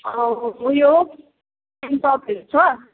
उयो पेन्ट टपहरू छ